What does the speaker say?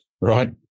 right